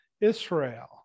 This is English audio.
Israel